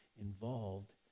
involved